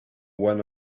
one